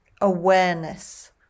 awareness